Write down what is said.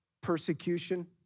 persecution